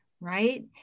Right